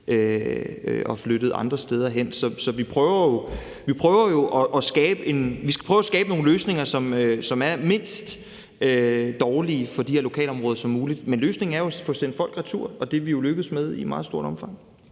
og flyttet andre steder hen. Så vi skal prøve at skabe nogle løsninger, som er så lidt dårlige for de her lokalområder som muligt. Men løsningen er jo at få sendt folk retur, og det er vi jo lykkes med i meget stort omfang.